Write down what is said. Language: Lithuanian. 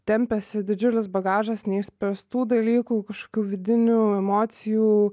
tempėsi didžiulis bagažas neišspręstų dalykų kažkokių vidinių emocijų